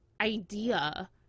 idea